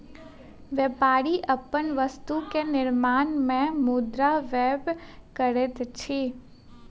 व्यापारी अपन वस्तु के निर्माण में मुद्रा व्यय करैत अछि